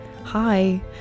hi